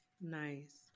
Nice